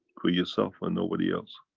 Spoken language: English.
for yourself and nobody else?